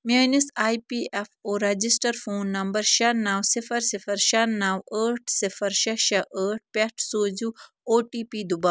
میٛٲنِس A P F O register phone number شےٚ نَو صِفَر صِفَر شےٚ نَو ٲٹھ صِفَر شےٚ شےٚ ٲٹھ پٮ۪ٹھ سوٗزِو او ٹی پی دُبا